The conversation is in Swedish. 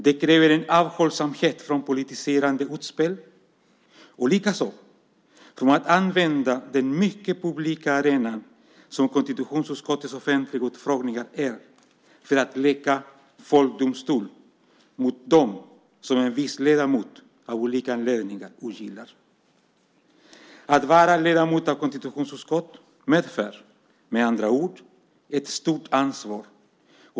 Det kräver en avhållsamhet från politiserande utspel och från att använda den mycket publika arenan som konstitutionsutskottets offentliga utfrågningar är för att leka folkdomstol mot dem som en viss ledamot av olika anledningar ogillar. Att vara ledamot av konstitutionsutskottet medför, med andra ord, ett stort ansvar.